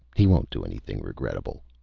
he won't do anything regrettable!